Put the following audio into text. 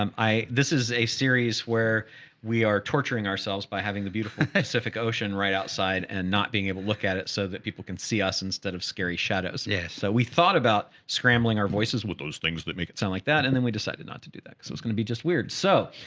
um i, this is a series where we are torturing ourselves by having the beautiful specific ocean right outside and not being able to look at it so that people can see us instead of scary shadows. yes. so we thought about scrambling our voices with those things that make it sound like that. and then we decided not to do that. cause was going to be just weird. so